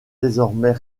désormais